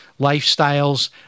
lifestyles